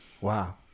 Wow